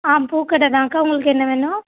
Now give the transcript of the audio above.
ஆ பூக்கடைதான்க்கா உங்களுக்கு என்ன வேணும்